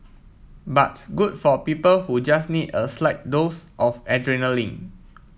but good for people who just need a slight dose of adrenaline